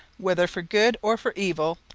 whether for good or for evil,